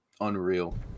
Unreal